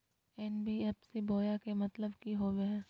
NBFC बोया के मतलब कि होवे हय?